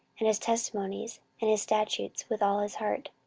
and his testimonies, and his statutes, with all his heart,